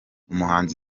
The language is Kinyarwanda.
umuhanzi